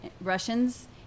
Russians